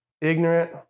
ignorant